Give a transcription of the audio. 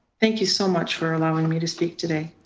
thank you so much for allowing me to speak today.